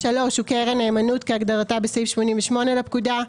הוא קרן נאמנות כהגדרתה בסעיף 88 לפקודה,